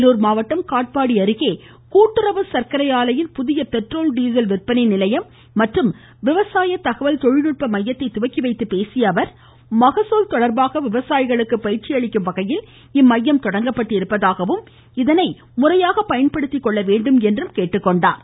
வேலூர் மாவட்டம் காட்பாடி அருகே கூட்டுறவு சர்க்கரை ஆலையின் புதிய பெட்ரோல் மீசல் விற்பனை நிலையம் மற்றும் விவசாய தகவல் தொழில்நுட்ப மையத்தை துவக்கி வைத்து பேசிய அவர் மகசூல் தொடர்பாக விவசாயிகளுக்கு பயிற்சி அளிக்கும் வகையில் இம்மையம் தொடங்கப்பட்டுள்ளதாகவும் இதனை முறையாக பயன்படுத்திக் கொள்ள வேண்டும் எனவும் கேட்டுக்கொண்டார்